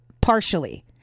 partially